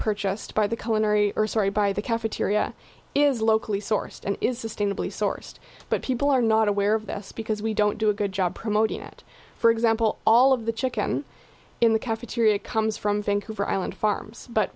purchased by the coen ari sorry by the cafeteria is locally sourced and is sustainably sourced but people are not aware of this because we don't do a good job promoting it for example all of the chicken in the cafeteria comes from vancouver island farms but